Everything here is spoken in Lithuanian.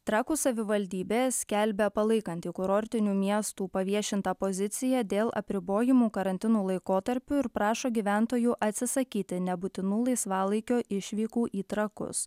trakų savivaldybė skelbia palaikanti kurortinių miestų paviešintą poziciją dėl apribojimų karantinų laikotarpiu ir prašo gyventojų atsisakyti nebūtinų laisvalaikio išvykų į trakus